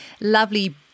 lovely